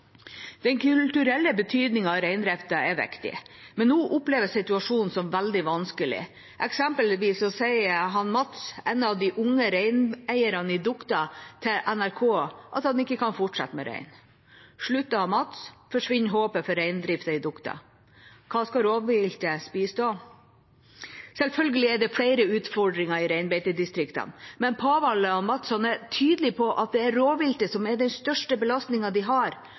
Den kulturelle betydningen av reindriften er viktig, men nå oppleves situasjonen som veldig vanskelig. Eksempelvis sier Mats Pavall, en av de unge reineierne i Duokta, til NRK at han ikke kan fortsette med rein. Slutter Mats, forsvinner håpet for reindriften i Duokta. Hva skal rovviltet spise da? Selvfølgelig er det flere utfordringer i reinbeitedistriktene, men Mats Pavall er tydelig på at det er rovviltet som er den største belastningen de har.